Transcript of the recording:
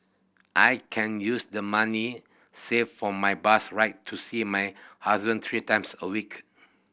I can use the money saved for my bus ride to see my husband three times a week